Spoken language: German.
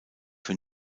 für